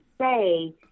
say